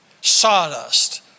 sawdust